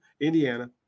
Indiana